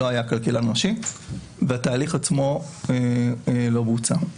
לא היה כלכלן ראשי והתהליך עצמו לא בוצע.